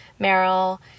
Meryl